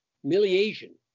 humiliation